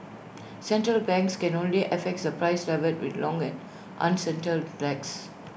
central banks can only affect the price level with long and uncertain lags